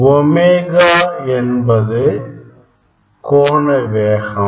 omega என்பது கோண வேகம்